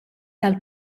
tal